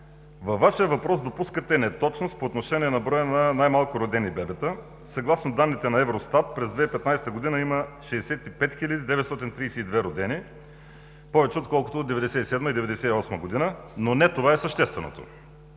във Вашия въпрос допускате неточност по отношение на броя на най-малко родени бебета. Съгласно данните на Евростат през 2015 г. има 65 хил. 932 родени, повече отколкото през 1997 и 1998 г. Но не това е същественото.